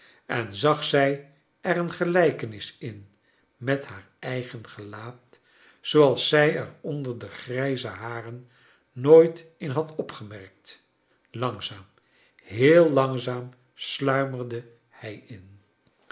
en zag zij er een gelijkenis in met haar eigen gelaat zooals zij er onder de grijze haren nooit in had opgemerkt lang zaam heel langzaam slnimerde hij in